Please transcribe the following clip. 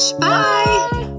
Bye